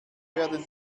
werden